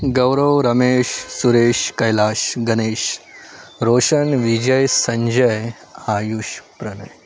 Gaurav Ramesh Suresh Kailash Ganesh Roshan Vijay Sanjay Ayush Pranay